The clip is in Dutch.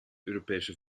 europese